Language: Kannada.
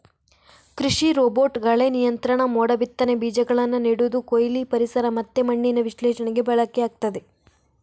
ಕೃಷಿ ರೋಬೋಟ್ ಕಳೆ ನಿಯಂತ್ರಣ, ಮೋಡ ಬಿತ್ತನೆ, ಬೀಜಗಳನ್ನ ನೆಡುದು, ಕೊಯ್ಲು, ಪರಿಸರ ಮತ್ತೆ ಮಣ್ಣಿನ ವಿಶ್ಲೇಷಣೆಗೆ ಬಳಕೆಯಾಗ್ತದೆ